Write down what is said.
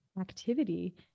activity